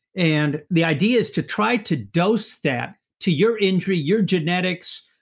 and the idea is to try to dose that to your injury, your genetics,